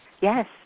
yes